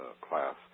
class